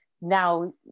Now